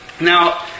Now